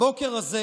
הבוקר הזה